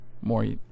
more –